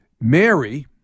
Mary